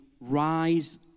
rise